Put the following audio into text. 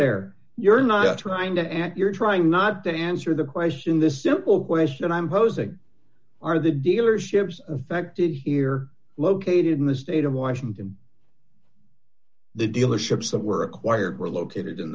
there you're not trying to and you're trying not to answer the question this simple question i'm posing are the dealerships affected here located in the state of washington the dealerships some were acquired were located in